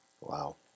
Wow